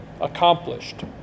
accomplished